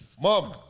Mom